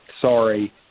sorry